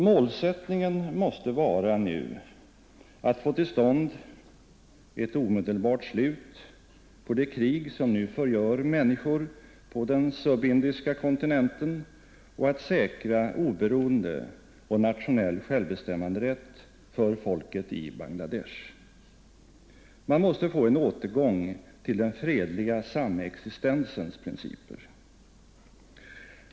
Målsättningen måste vara att få till stånd ett omedelbart slut på det krig som nu förgör människor på den subindiska kontinenten och att säkra oberoende och nationell självbestämmanderätt för folket i Bangla Desh. Man måste få en återgång till den fredliga samexistensens principer.